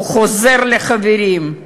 הוא חוזר לחברים.